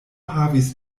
havis